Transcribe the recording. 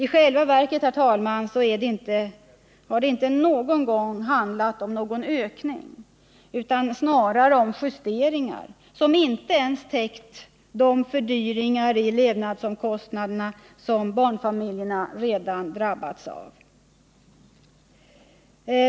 I själva verket, herr talman, har det inte någon gång handlat om någon ökning, utan snarare om justeringar, som inte ens täckt de fördyringar i levnadsomkostnaderna som barnfamiljerna redan drabbats av.